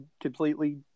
completely